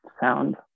sound